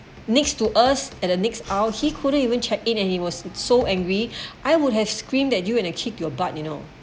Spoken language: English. next to us at the next hour he couldn't even check in and he was so angry I would have screamed at you and I kick your butt you know